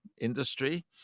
industry